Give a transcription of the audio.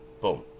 Boom